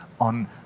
on